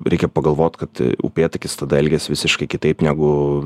reikia pagalvot kad upėtakis tada elgiasi visiškai kitaip negu